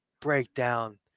Breakdown